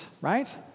right